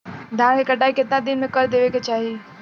धान क कटाई केतना दिन में कर देवें कि चाही?